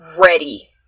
ready